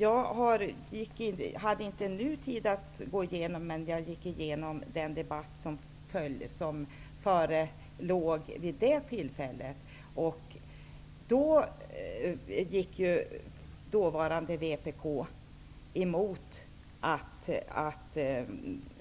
Jag hade nu inte tid att gå in på detta, men jag har gått igenom den debatt som förelåg vid det tillfället. Dåvarande vpk gick emot att